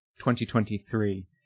2023